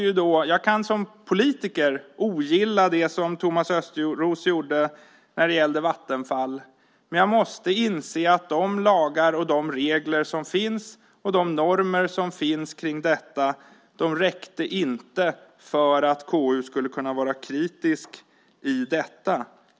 Jag kan som politiker ogilla det som Thomas Östros gjorde när det gällde Vattenfall, men jag måste inse att de lagar, regler och normer som finns inte räckte för att KU skulle kunna vara kritiskt till detta.